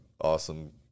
awesome